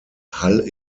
hall